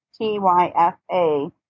TYFA